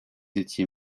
étiez